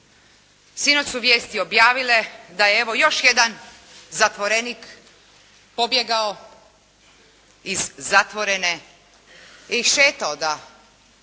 Sinoć su vijesti objavile da je evo još jedan zatvorenik pobjegao iz zatvorene, išetao da.